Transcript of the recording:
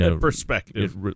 perspective